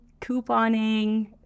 couponing